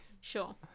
sure